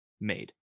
made